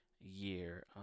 year